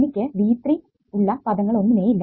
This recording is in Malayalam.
എനിക്ക് V 3 ഉള്ള പദങ്ങൾ ഒന്നുമേ ഇല്ല